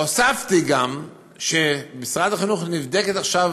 הוספתי גם שבמשרד החינוך נבדק עכשיו